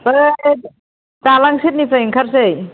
बै दालां सेरनिफ्राय ओंखारनोसै